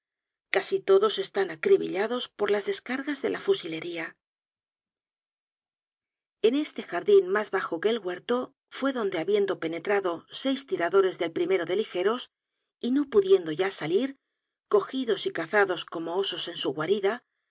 casi todos están acribillados por las descargas de la fusilería en este jardin mas bajo que el huerto fue donde habiendo penetrado seis tiradores del de ligeros y no pudiendo ya salir cogidos y cazados como osos en su guarida